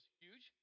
huge